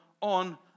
on